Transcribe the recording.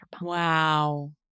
Wow